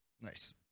Nice